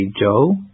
Joe